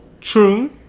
True